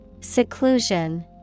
Seclusion